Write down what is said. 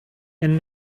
and